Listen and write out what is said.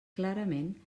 clarament